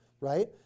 Right